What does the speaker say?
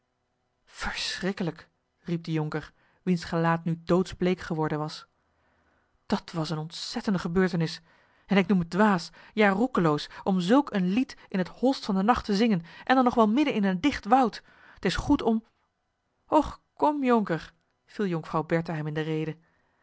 verschrikkelijk riep de jonker wiens gelaat nu doodsbleek geworden was dat was eene ontzettende gebeurtenis en ik noem het dwaas ja roekeloos om zulk een lied in het holst van den nacht te zingen en dan nog wel midden in een dicht woud t is goed om och kom jonker viel jonkvrouw bertha hem in de rede